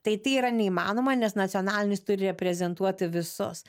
tai tai yra neįmanoma nes nacionalinis turi reprezentuoti visus